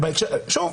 שוב,